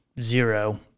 zero